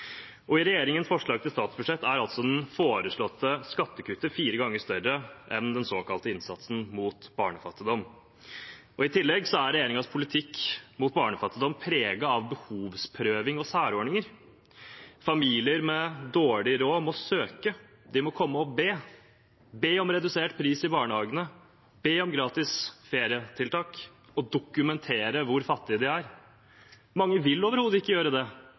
nå. I regjeringens forslag til statsbudsjett er det foreslåtte skattekuttet fire ganger større enn den såkalte innsatsen mot barnefattigdom. I tillegg er regjeringens politikk mot barnefattigdom preget av behovsprøving og særordninger. Familier med dårlig råd må søke, de må komme og be – be om redusert pris i barnehagen, be om gratis ferietiltak og dokumentere hvor fattige de er. Mange vil overhodet ikke gjøre det,